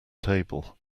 table